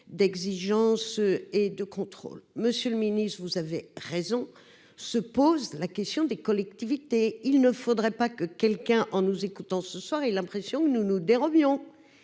d'exigence et de contrôle, monsieur le Ministre, vous avez raison, se pose la question des collectivités, il ne faudrait pas que quelqu'un en nous écoutant ce soir et l'impression que nous, nous dérouillons